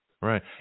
Right